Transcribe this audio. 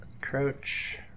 Crouch